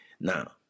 now